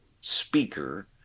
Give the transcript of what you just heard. speaker